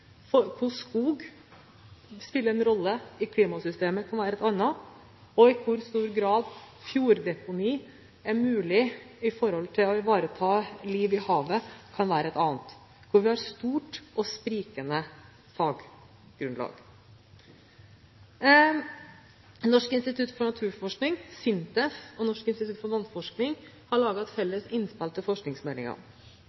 skog spiller en rolle i klimasystemet, og i hvor stor grad fjorddeponier er mulig for å ivareta liv i havet, kan være andre eksempler der vi har et stort og sprikende faggrunnlag. Norsk institutt for naturforskning, SINTEF og Norsk institutt for vannforskning har laget et